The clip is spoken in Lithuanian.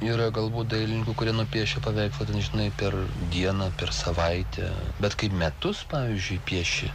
yra galbūt dailininkų kurie nupiešia paveikslą ten žinai per dieną per savaitę bet kai metus pavyzdžiui pieši